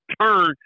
turn